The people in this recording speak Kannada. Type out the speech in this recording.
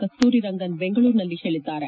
ಕಸ್ತೂರಿ ರಂಗನ್ ಬೆಂಗಳೂರಿನಲ್ಲಿ ಹೇಳಿದ್ದಾರೆ